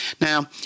Now